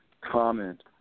comment